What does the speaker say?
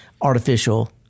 artificial